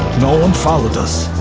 no one followed us.